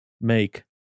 make